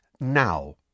now